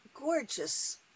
gorgeous